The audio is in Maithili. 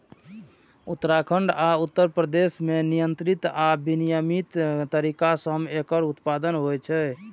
उत्तराखंड आ उत्तर प्रदेश मे नियंत्रित आ विनियमित तरीका सं एकर उत्पादन होइ छै